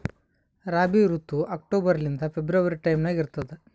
ರಾಬಿ ಋತು ಅಕ್ಟೋಬರ್ ಲಿಂದ February time ನಾಗ ಇರ್ತದ